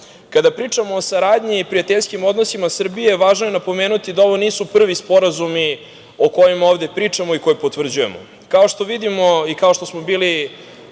pričamo o saradnji i prijateljskim odnosima Srbije, važno je napomenuti da ovo nisu prvi sporazumi o kojima ovde pričamo i koje potvrđujemo. Kao što vidimo i kao što smo bili